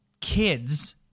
kids